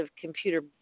computer